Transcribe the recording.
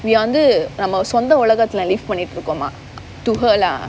viyaanthu நம்ம சொந்த உலகத்துல:namma sontha ulagathula live பண்ணிட்டு இருக்கோமா:pannittu irukkoma to her lah